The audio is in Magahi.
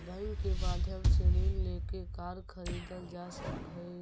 बैंक के माध्यम से ऋण लेके कार खरीदल जा सकऽ हइ